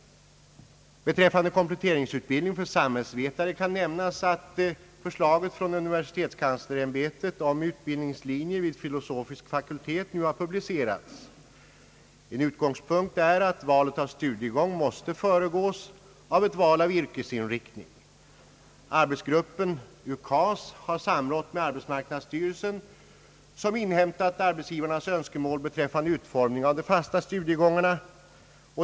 Beträffande kompletteringsutbildning för samhällsvetare kan nämnas att förslaget från universitetskanslersämbetet om uibildningslinjer vid filosofisk fakultet nu har publicerats. En utgångspunkt är att valet av studiegång måste föregås av ett val av yrkesinriktning. Arbetsgruppen Ukas har samrått med arbetsmarknadsstyrelsen, som inhämtat arbetsgivarnas önskemål beträffande utformning av de fasta studiegångarna.